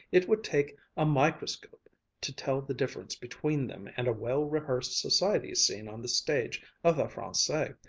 it would take a microscope to tell the difference between them and a well-rehearsed society scene on the stage of the francais!